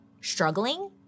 struggling